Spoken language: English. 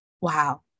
wow